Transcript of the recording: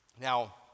Now